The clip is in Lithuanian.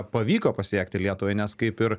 pavyko pasiekti lietuvai nes kaip ir